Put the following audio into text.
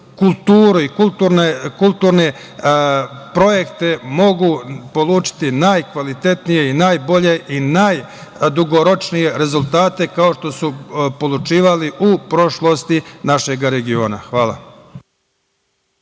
kulturu i kulturne projekte mogu postići najkvalitetnije i najbolje i najdugoročnije rezultate, kao što su postizali u prošlosti našeg regiona. Hvala.